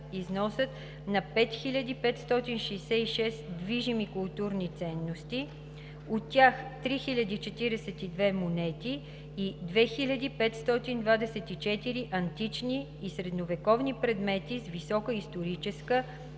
износът на 5566 движими културни ценности, от тях 3042 монети и 2524 антични и средновековни предмети с висока историческа,